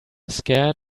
scared